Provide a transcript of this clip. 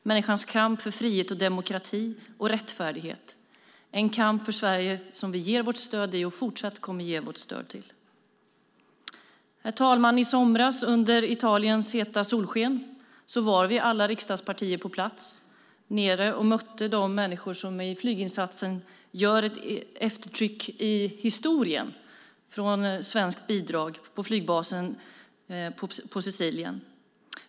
Människans kamp för frihet, demokrati och rättfärdighet är en kamp som Sverige ger sitt stöd till och som vi fortsatt kommer att ge vårt stöd till. Herr talman! I somras, under Italiens heta solsken, var alla riksdagspartier på plats på flygbasen på Sicilien och mötte de människor som med flyginsatsen gör ett eftertryck i historien av svenskt bidrag.